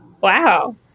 Wow